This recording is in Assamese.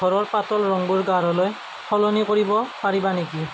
ঘৰৰ পাতল ৰঙবোৰ গাঢ়লৈ সলনি কৰিব পাৰিবা নেকি